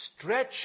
Stretch